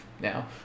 Now